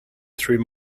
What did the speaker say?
through